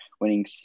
winning